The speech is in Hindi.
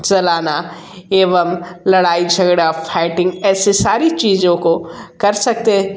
चलाना एवं लड़ाई झगड़ा फाइटिंग ऐसे सारी चीज़ों को कर सकते